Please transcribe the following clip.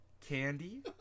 candy